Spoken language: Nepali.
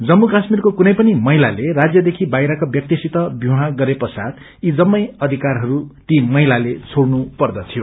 जम्मू काश्मीरको कूनै पनि महिलाले रान्यदेखि बाहिरका व्याक्तसित विवाह गरेपश्चात यी जम्मै अधिकारहरू ती महिलाले छोड़नु पर्थ्यो